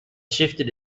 shifted